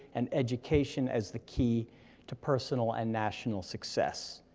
and education as the key to personal and national success.